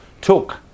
took